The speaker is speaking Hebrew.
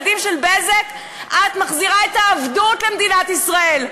את מחזירה את העבדות למדינת ישראל.